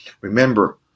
Remember